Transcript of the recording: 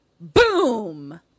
Boom